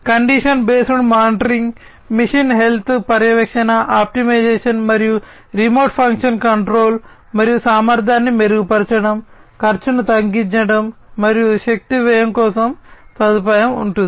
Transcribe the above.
condition based monitoring machine health పర్యవేక్షణ optimisation మరియు remote function control మరియు సామర్థ్యాన్ని మెరుగుపరచడం ఖర్చును తగ్గించడం మరియు శక్తి వ్యయం కోసం సదుపాయం ఉంటుంది